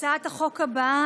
הצעת החוק הבאה,